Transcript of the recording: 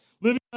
Living